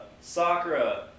Sakura